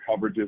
coverages